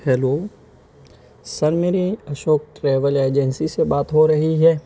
hello sir میری Ashok travel agency سے بات ہو رہی ہے